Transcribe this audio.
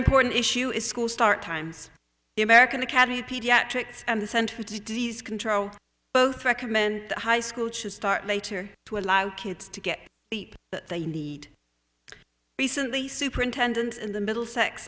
important issue is school start times the american academy of pediatrics and the center for disease control both recommend high school should start later to allow kids to get the that they need recently superintendent in the middle sex